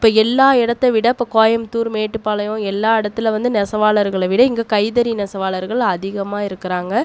இப்போ எல்லா இடத்த விட இப்போ கோயமுத்தூர் மேட்டுப்பாளையம் எல்லா இடத்துல வந்து நெசவாளர்களை விட இங்கே கைத்தறி நெசவாளர்கள் அதிகமாக இருக்கிறாங்க